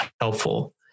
helpful